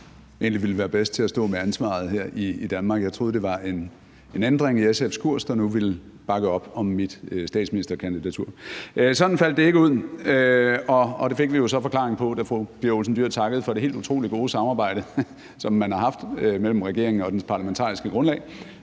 ville være bedst til at stå med ansvaret her i Danmark. Jeg troede, det var en ændring i SF's kurs, så de nu ville bakke op om mit statsministerkandidatur. Sådan faldt det ikke ud, og det fik vi jo så forklaringen på, da fru Pia Olsen Dyhr takkede for det helt utrolig gode samarbejde, som man har haft mellem regeringen og dens parlamentariske grundlag,